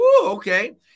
Okay